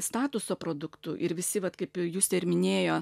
statuso produktu ir visi vat kaip ir justė ir minėjo